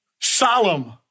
solemn